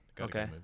Okay